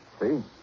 See